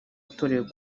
atorewe